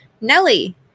Nelly